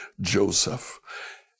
Joseph